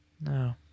no